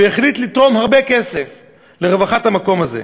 והוא החליט לתרום הרבה כסף לרווחת המקום הזה.